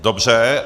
Dobře.